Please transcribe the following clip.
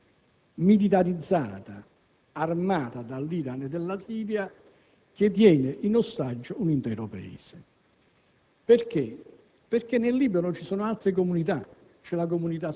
Quella risoluzione non ha mai trovato applicazione, se non per il ritiro dell'esercito siriano che fu provocato da eventi interni al Libano.